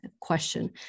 question